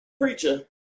preacher